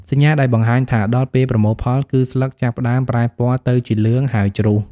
សញ្ញាដែលបង្ហាញថាដល់ពេលប្រមូលផលគឺស្លឹកចាប់ផ្តើមប្រែពណ៌ទៅជាលឿង ហើយជ្រុះ។